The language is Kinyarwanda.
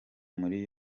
muri